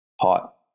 hot